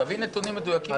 תביא נתונים מדויקים בבקשה.